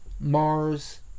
Mars